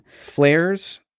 flares